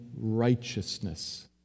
righteousness